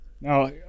Now